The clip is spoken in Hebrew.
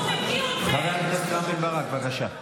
חבר הכנסת רם בן ברק, בבקשה.